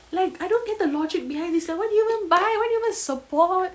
like I don't get the logic behind this like why do you want to buy why do you want to support